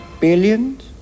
billions